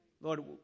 Lord